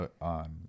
on